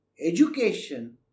education